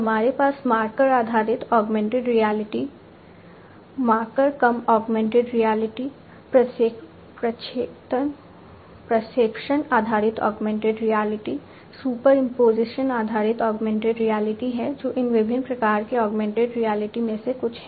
हमारे पास मार्कर आधारित ऑगमेंटेड रियलिटी मार्कर कम ऑगमेंटेड रियलिटी प्रक्षेपण आधारित ऑगमेंटेड रियलिटी सुपरइम्पोज़िशन आधारित ऑगमेंटेड रियलिटी है जो इन विभिन्न प्रकार के ऑगमेंटेड रियलिटी में से कुछ हैं